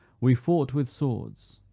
we fought with swords.